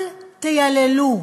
אל תייללו,